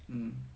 um